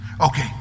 Okay